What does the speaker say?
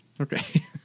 Okay